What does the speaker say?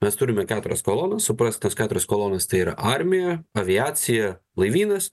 mes turime keturias kolonas suprast tas keturias kolonas tai yra armija aviacija laivynas